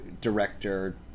director